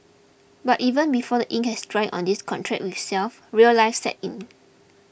but even before the ink has dried on this contract with self real life sets in